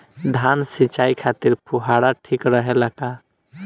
धान सिंचाई खातिर फुहारा ठीक रहे ला का?